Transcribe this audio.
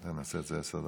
נעשה את זה עשר דקות.